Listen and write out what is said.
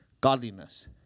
Godliness